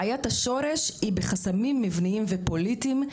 בעיית השורש היא בחסמים מבניים ופוליטיים.